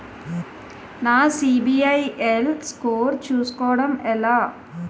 నా సిబిఐఎల్ స్కోర్ చుస్కోవడం ఎలా?